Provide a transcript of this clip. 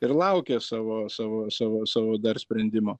ir laukia savo savo savo savo dar sprendimo